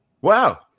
Wow